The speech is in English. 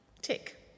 Tick